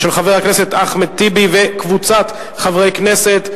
של חבר הכנסת אחמד טיבי וקבוצת חברי הכנסת.